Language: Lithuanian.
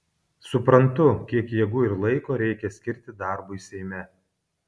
suprantu kiek jėgų ir laiko reikia skirti darbui seime